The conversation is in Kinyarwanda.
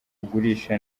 ugurisha